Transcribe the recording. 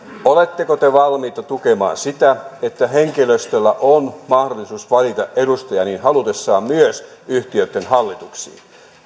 oletteko te valmiita tukemaan sitä että henkilöstöllä on mahdollisuus valita edustaja niin halutessaan myös yhtiöitten hallituksiin